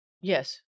Yes